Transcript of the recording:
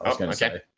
okay